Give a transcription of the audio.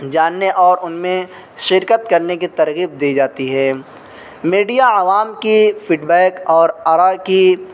جاننے اور ان میں شرکت کرنے کی ترغیب دی جاتی ہے میڈیا عوام کی فیڈ بیک اور آراء کی